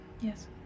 Yes